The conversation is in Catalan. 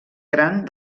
gran